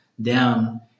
down